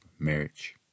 marriage